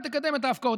ותקדם את ההפקעות.